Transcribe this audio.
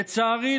לצערי,